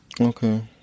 Okay